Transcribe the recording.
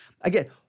Again